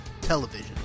television